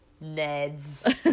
Ned's